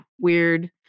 weird